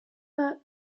but